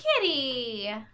kitty